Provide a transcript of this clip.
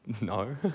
No